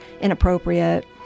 inappropriate